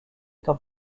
comme